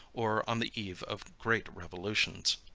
or on the eve of great revolutions.